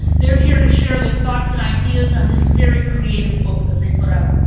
they're here to share their thoughts and ideas on this very creative book that they put out.